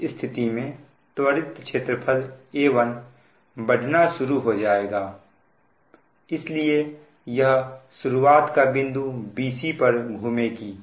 इसलिए इस स्थिति में त्वरित क्षेत्रफल A1 बढ़ना शुरू हो जाएगा इसलिए यह शुरुआत का बिंदु bc पर घूमेगी